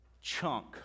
chunk